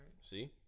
See